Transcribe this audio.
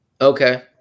Okay